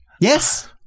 Yes